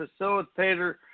facilitator